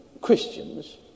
Christians